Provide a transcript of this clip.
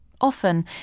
Often